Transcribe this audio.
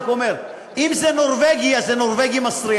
אני רק אומר, אם זה נורבגי, אז זה נורבגי מסריח.